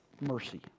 mercy